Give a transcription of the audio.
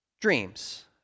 dreams